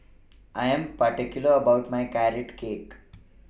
I Am particular about My Carrot Cake